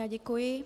Děkuji.